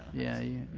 yeah.